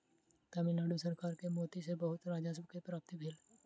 तमिल नाडु सरकार के मोती सॅ बहुत राजस्व के प्राप्ति भेल